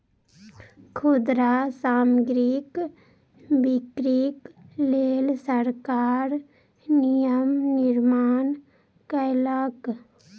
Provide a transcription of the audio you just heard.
खुदरा सामग्रीक बिक्रीक लेल सरकार नियम निर्माण कयलक